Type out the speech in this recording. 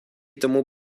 tomu